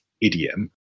idiom